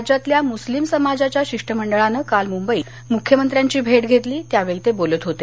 राज्यातल्या मुस्लिम समाजाच्या शिष्टमंडळांनं काल मुंबईत मुख्यमंत्र्यांची भेट घेतली त्यावेळी ते बोलत होते